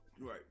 Right